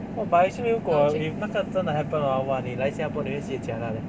oh but actually 如果 if 那个真的 happen hor !wah! 你来新加坡你会 sibeh jialat eh